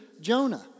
Jonah